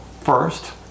first